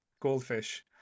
Goldfish